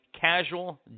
casual